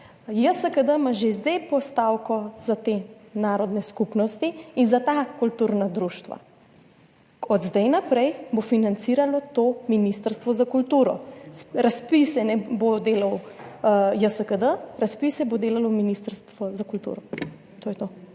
JSKD ima že zdaj postavko za te narodne skupnosti in za ta kulturna društva, od zdaj naprej bo to financiralo Ministrstvo za kulturo. Razpise ne bo delal JSKD, razpise bo delalo Ministrstvo za kulturo. To je to.